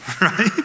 right